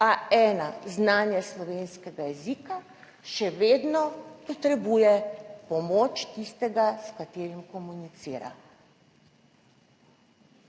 A1 znanje slovenskega jezika, še vedno potrebuje pomoč tistega, s katerim komunicira.